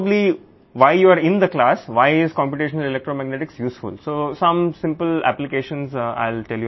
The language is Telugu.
చివరగా బహుశా మీరు ఈ ఉపన్యాసంలో ఎందుకు ఉన్నారు కంప్యూటేషనల్ ఎలక్ట్రోమాగ్నెటిక్స్ ఎందుకు ఉపయోగకరంగా ఉంటుంది